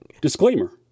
disclaimer